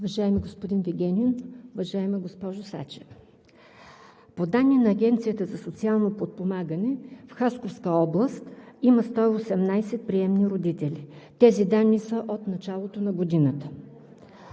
Уважаеми господин Вигенин! Уважаема госпожо Сачева, по данни на Агенцията за социално подпомагане в Хасковска област има 118 приемни родители. Тези данни са от началото на годината.